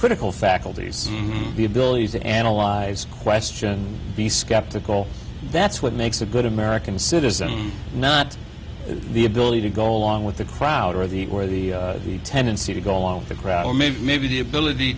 critical faculties the ability to analyze question be skeptical that's what makes a good american citizen not the ability to go along with the crowd or the or the the tendency to go on the crowd maybe the ability